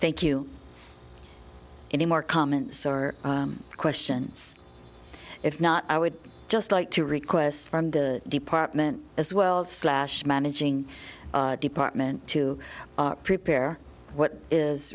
thank you any more comments our questions if not i would just like to request from the department as world's slash managing department to prepare what is